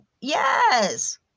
Yes